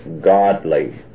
godly